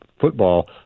football